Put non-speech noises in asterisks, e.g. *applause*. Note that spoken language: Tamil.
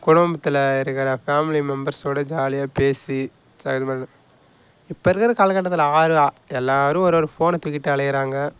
குடும்பத்தில் இருக்கிற ஃபேமிலி மெம்பர்ஸோடு ஜாலியாக பேசி *unintelligible* இப்போ இருக்கிற காலகட்டத்தில் யாரு எல்லோரும் ஒரு ஒரு ஃபோனை தூக்கிட்டு அலைகிறாங்க